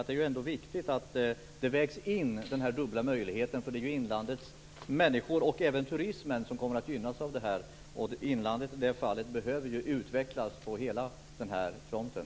Det är viktigt att den här dubbla möjligheten vägs in. Det är inlandets människor och även turismen som kommer att gynnas av detta. Inlandet behöver i det fallet utvecklas på hela den här fronten.